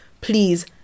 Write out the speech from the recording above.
please